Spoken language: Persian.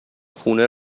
خونه